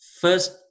first